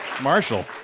Marshall